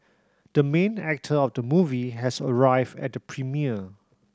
the main actor of the movie has arrived at the premiere